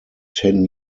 ten